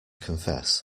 confess